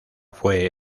fue